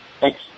Thanks